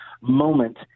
moment